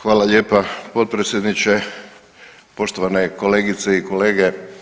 Hvala lijepa potpredsjedniče, poštovane kolegice i kolege.